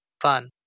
fun